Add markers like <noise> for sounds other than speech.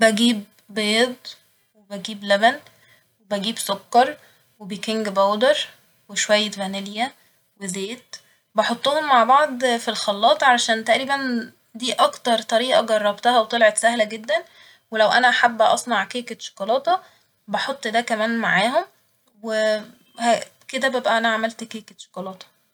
بجيب بيض وبجيب لبن وبجيب سكر وبيكنج باودر وشوية فانيليا وزيت بحطهم مع بعض في الخلاط علشان تقريبا دي أكتر طريقة جربتها وطلعت سهلة جدا ، ولو أنا حابه أصنع كيكة شوكلاته بحط ده كمان معاهم و <hesitation> ه- كده ببقى أنا عملت كيكة شوكلاته